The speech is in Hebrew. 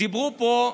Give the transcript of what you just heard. דיברו פה,